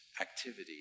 activity